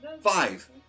Five